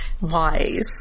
Wise